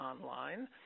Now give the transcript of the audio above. online